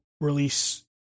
release